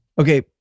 Okay